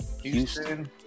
Houston